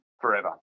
forever